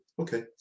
Okay